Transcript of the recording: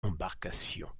embarcation